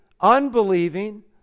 unbelieving